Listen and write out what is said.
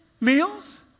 Meals